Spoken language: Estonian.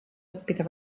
õppida